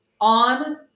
on